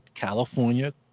California